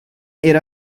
era